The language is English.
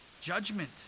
judgment